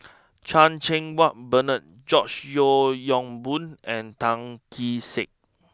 Chan Cheng Wah Bernard George Yeo Yong Boon and Tan Kee Sek